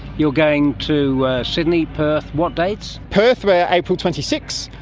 you're going to sydney, perth, what dates? perth we april twenty six,